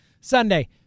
Sunday